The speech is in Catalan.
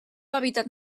hàbitat